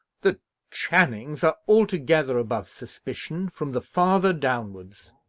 the channings are altogether above suspicion, from the father downwards,